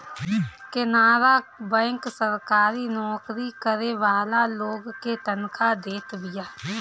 Canara bank सरकारी नोकरी करे वाला लोग के तनखा देत बिया